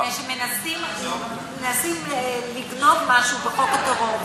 מפני שמנסים לגנוב משהו בחוק הטרור,